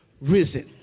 risen